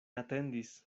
atendis